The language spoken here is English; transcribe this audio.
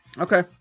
Okay